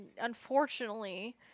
unfortunately